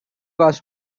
was